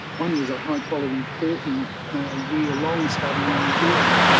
one was a high quality forty year long study in new zealand.